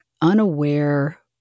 unaware